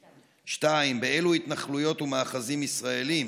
2. באילו התנחלויות ומאחזים ישראליים